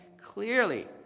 Clearly